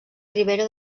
ribera